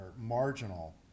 marginal